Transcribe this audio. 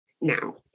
now